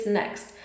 next